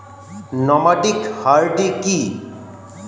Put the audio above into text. Nomadic hardy কি?